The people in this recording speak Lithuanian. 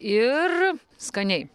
ir skaniai